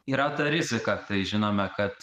yra ta rizika tai žinome kad